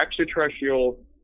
extraterrestrial